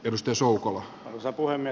edustusaukovan osapuolena